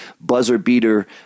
buzzer-beater